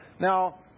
Now